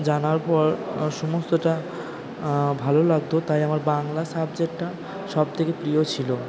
জানার পর আমার সমস্তটা ভালো লাগতো তাই আমার বাংলা সাবজেক্টটা সবথেকে প্রিয় ছিল